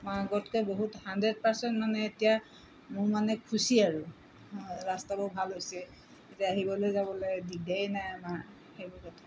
মই আগতকৈ বহুত হাণ্ড্ৰেড পাৰ্চেণ্ট মানে এতিয়া মোৰ মানে খুচি আৰু ৰাস্তাবোৰ ভাল হৈছে এতিয়া আহিবলৈ যাবলৈ দিগদাৰী নাই আমাৰ সেইবোৰ কথা